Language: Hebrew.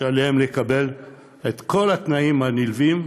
שעליהם לקבל את כל התנאים הנלווים,